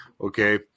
okay